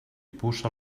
puça